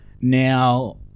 now